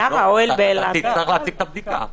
תצטרך להציג את הבדיקה.